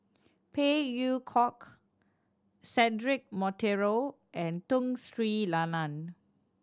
Phey Yew Kok Cedric Monteiro and Tun Sri Lanang